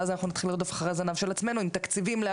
ואז אנחנו נתחיל לרדוף אחרי הזנב של עצמנו עם